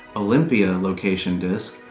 olympia location disc,